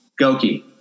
Goki